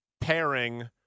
pairing